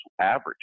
average